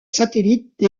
satellite